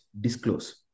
Disclose